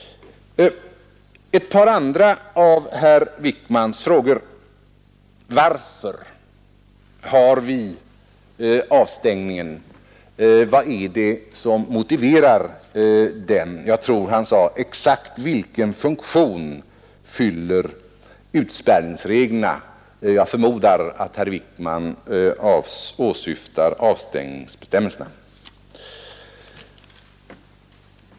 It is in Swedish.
Ett par andra av herr Wijkmans frågor: Vad är det som motiverar avstängningen? Jag tror han sade: Exakt vilken funktion fyller avspärrningsreglerna? Jag förmodar att herr Wijkman åsyftar avstängningsbestämmelserna.